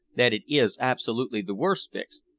that it is absolutely the worst fix,